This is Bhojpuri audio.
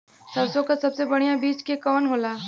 सरसों क सबसे बढ़िया बिज के कवन होला?